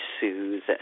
soothe